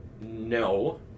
No